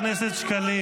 שקלים, שקלים.